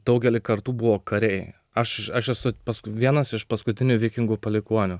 daugelį kartų buvo kariai aš aš esu paskui vienas iš paskutinių vikingų palikuonių